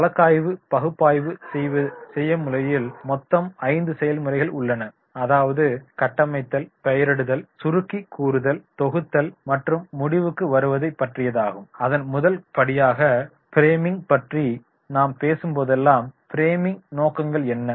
வழக்காய்வு பகுப்பாய்வு செயல்முறையில் மொத்தம் 5 செயல்முறைகள் உள்ளன அதாவது கட்டமைத்தல் பெயரிடுதல் சுருக்கி கூறுதல் தொகுத்தல் மற்றும் முடிவுக்கு வருவதைக் பற்றியதாகும் அதன் முதல் படியாக ஃப்ரேமிங்கைப் பற்றி நாம் பேசும்போதெல்லாம் ஃப்ரேமிங்கின் நோக்கங்கள் என்ன